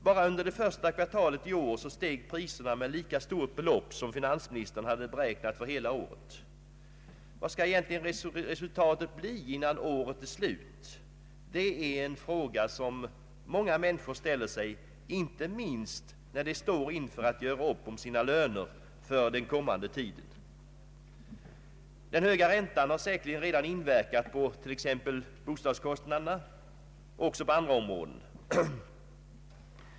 Bara under det första kvartalet i år steg priserna med så stort belopp som finansministern hade beräknat för hela året. Vad skall egentligen resultatet bli innan året är slut? Det är en fråga som många människor ställer sig, inte minst när de står inför att göra upp om sina löner för den kommande tiden. Den höga räntan har säkerligen redan inverkat på t.ex. bostadskostnaderna och även på andra områden.